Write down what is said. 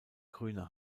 grüne